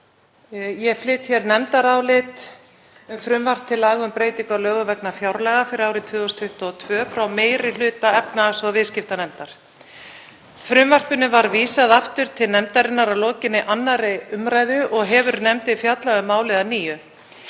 Ég flyt hér nefndarálit um frumvarp til laga um breytingu á ýmsum lögum vegna fjárlaga fyrir árið 2022 frá meiri hluta efnahags- og viðskiptanefndar. Frumvarpinu var vísað aftur til nefndarinnar að lokinni 2. umr. og hefur nefndin fjallað um málið að nýju.